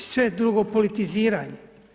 Sve je drugo politiziranje.